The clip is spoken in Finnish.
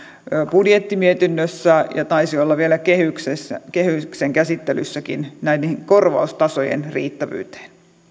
budjettimietinnössä ja taisi olla vielä kehyksen käsittelyssäkin näiden korvaustasojen riittävyyteen